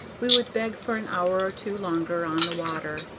we would beg for an hour or two longer on the water,